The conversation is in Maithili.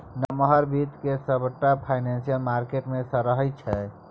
नमहर बित्त केँ सबटा फाइनेंशियल मार्केट मे सराहै छै